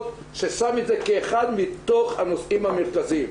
ששם את זה כאחד מתוך הנושאים המרכזיים.